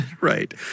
right